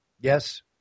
Yes